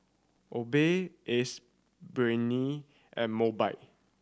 Obey Ace Brainery and Mobike